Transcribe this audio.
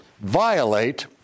violate